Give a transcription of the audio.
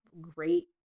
great